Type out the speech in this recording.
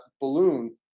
balloon